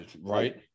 right